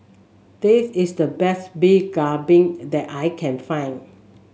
this is the best Beef Galbi that I can find